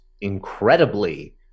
incredibly